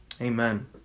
Amen